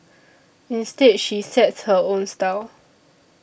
instead she sets her own style